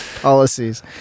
policies